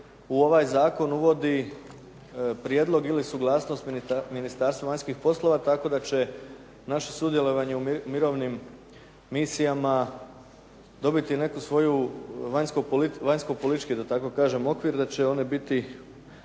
u ovaj Zakon uvodi prijedlog ili suglasnost Ministarstva vanjskih poslova tako da će naše sudjelovanje u mirovnim misijama dobiti jedan vanjsko politički okvir da će one biti